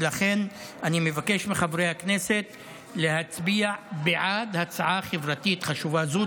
ולכן אני מבקש מחברי הכנסת להצביע בעד הצעה חברתית חשובה זו.